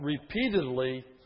repeatedly